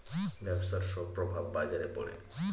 ব্যবসার সব প্রভাব বাজারে পড়ে